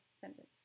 sentence